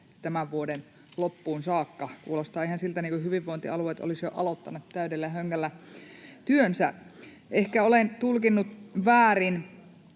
tämän vuoden loppuun saakka. Kuulostaa ihan siltä kuin hyvinvointialueet olisivat jo aloittaneet täydellä höngällä työnsä. Ehkä olen tulkinnut väärin.